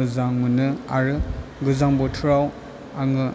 मोजां मोनो आरो गोजां बोथोराव आङो